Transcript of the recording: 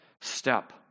step